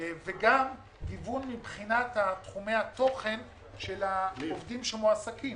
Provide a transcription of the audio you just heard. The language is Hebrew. וגם גיוון מבחינת תחומי התוכן של העובדים שמועסקים.